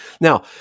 now